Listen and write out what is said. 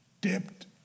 dipped